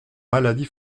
maladie